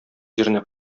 җиренә